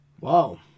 Wow